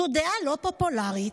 זו דעה לא פופולרית,